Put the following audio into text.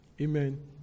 Amen